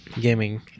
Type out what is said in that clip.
gaming